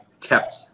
kept